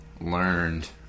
learned